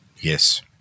Yes